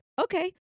okay